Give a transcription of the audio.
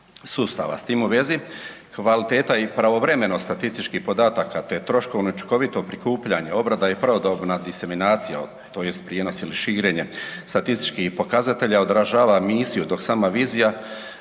S tim u vezi kvaliteta i pravovremenost statističkih podataka te troškovno i učinkovito prikupljanje, obrada i pravodobna diseminacija tj. prijenos ili širenje statističkih podataka odražava misiju dok sama vizija, određena